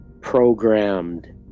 programmed